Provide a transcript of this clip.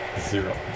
zero